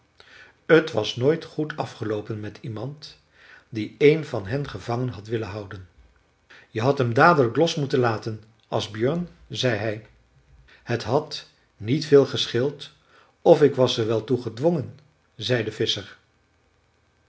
t was nooit goed afgeloopen met iemand die een van hen gevangen had willen houden je hadt hem dadelijk los moeten laten asbjörn zei hij het had niet veel gescheeld of ik was er wel toe gedwongen zei de visscher